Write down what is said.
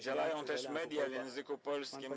Działają też media w języku polskim.